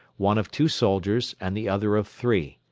one of two soldiers and the other of three.